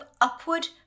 upward